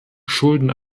schulden